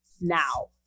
now